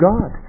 God